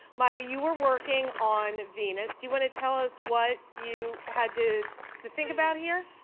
maya, you were working on venus. do you want to tell us what you had to to think about here?